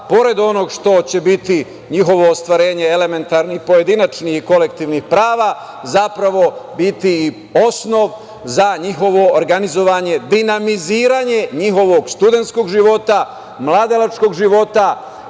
pored onoga što će biti njihovo ostvarenje elementarnih i pojedinačnih i kolektivnih prava, zapravo biti i osnov za njihovo organizovanje dinamiziranje njihovog studentskog života, mladalačkog života,